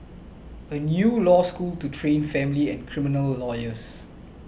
a new law school to train family and criminal lawyers